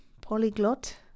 polyglot